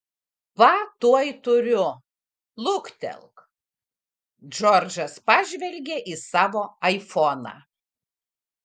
va tuoj turiu luktelk džordžas pažvelgė į savo aifoną